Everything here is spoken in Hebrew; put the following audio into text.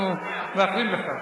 אנחנו מאחלים לך.